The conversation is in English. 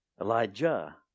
Elijah